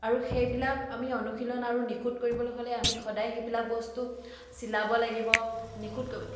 আৰু সেইবিলাক আমি অনুশীলন আৰু নিখুঁত কৰিবলৈ হ'লে আমি সদায় সেইবিলাক বস্তু চিলাব লাগিব নিখুঁত কৰিব লা